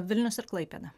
vilnius ir klaipėda